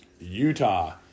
Utah